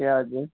ए हजुर